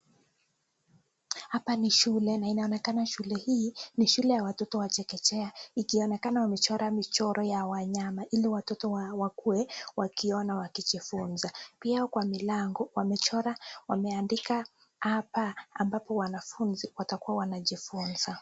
Hapa ni shule na inaonekana shule hii ni shule ya watoto wa chekechea ikionekana wamechora michoro ya wanyama, ili watoto wakue wakiona wakijifunza. Pia kwa milango wamechora, wameandika aa, ba, ambapo wanafunzi watakuwa wanajifunza.